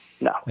No